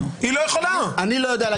היא לא יכולה לעצור לפני אישור פרקליטות.